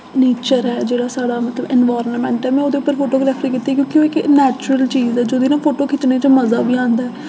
nature ऐ जेह्ड़ा साढ़ा मतलब इंवायरनमैंट ऐ में उदे उप्पर फोटोग्राफ्री कीती क्योंकि ओह् इक नैचुरल चीज ऐ जिह्दी ना फोटो खिच्चने च मजा बी आंदा ऐ